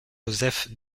joseph